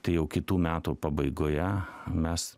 tai jau kitų metų pabaigoje mes